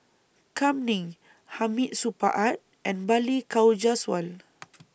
Kam Ning Hamid Supaat and Balli Kaur Jaswal